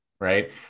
Right